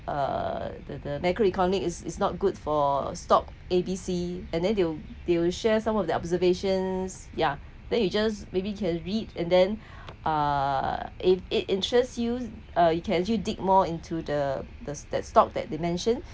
uh the the macroeconomic is is not good for stock A B C and then they will they will share some of their observations yeah then you just maybe can read and then uh if it interests you uh you can you dig more into the the that stock that they mentioned